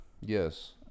Yes